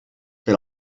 per